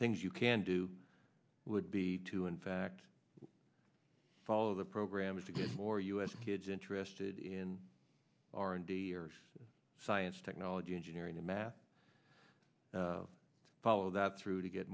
things you can do would be to in fact follow the program is to get more u s kids interested in r and d or science technology engineering and math follow that through to get